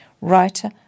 writer